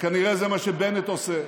כנראה זה מה שבנט עושה.